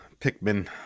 pikmin